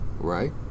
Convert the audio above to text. Right